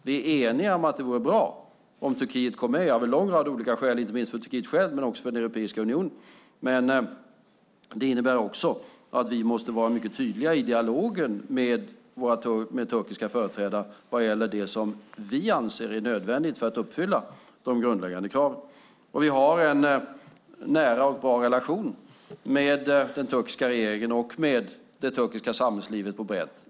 Vi är eniga om att det vore bra om Turkiet kom med av en lång rad olika skäl, inte minst för Turkiet självt, men också för Europeiska unionen. Men det innebär också att vi måste vara mycket tydliga i dialogen med turkiska företrädare vad gäller det som vi anser är nödvändigt för att uppfylla de grundläggande kraven. Vi har en nära och bra relation med den turkiska regeringen och brett med det turkiska samhällslivet.